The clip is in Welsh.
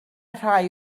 rhai